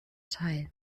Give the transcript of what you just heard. teil